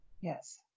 Yes